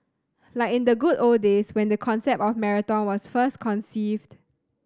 like in the good old days when the concept of marathon was first conceived